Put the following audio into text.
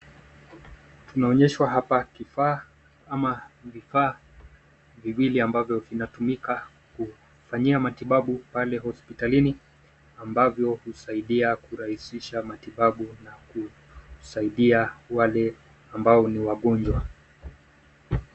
Tunaonyeshwa hapa kifaa ama vifaa viwili ambavyo vinatumika kufanyia matibabu pale hospitalini ambavyo husaidia kurahisisha matibabu kusaidia wale ambao ni wagonjwa.